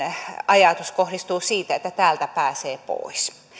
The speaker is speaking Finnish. ajatus kohdistuu siihen että täältä pääsee pois